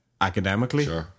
academically